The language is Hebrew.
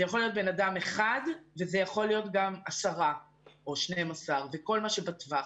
יכול להיות בן אדם אחד ויכולים להיות גם 10 או 12. כל מה שבטווח.